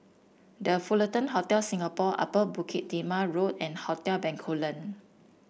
The Fullerton Hotel Singapore Upper Bukit Timah Road and Hotel Bencoolen